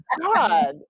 God